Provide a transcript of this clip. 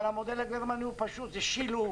אבל המודל הגרמני הוא פשוט זה שילוב